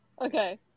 Okay